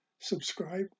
subscribe